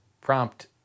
Prompt